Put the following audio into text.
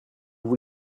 vous